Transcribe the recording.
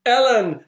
Ellen